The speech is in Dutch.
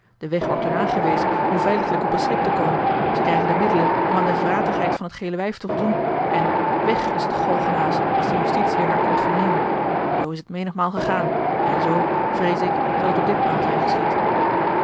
de weg wordt hun aangewezen om veiliglijk op een schip te komen ze krijgen de middelen om aan de vratigheid van t gele wijf te voldoen en weg is het galgenaas als de justitie er naar komt vernemen zoo is t menigmaal gegaan en zoo vreeze ik zal het ook ditmaal zijn geschied